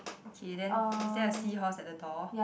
okay then is there a seahorse at the door